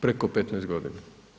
Preko 15 godina.